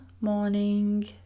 morning